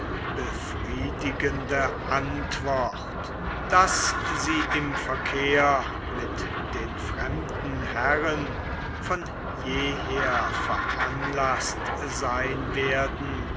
befriedigende antwort daß sie im verkehr mit den fremden herren von jeher veranlaßt sein werden